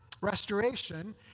restoration